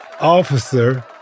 Officer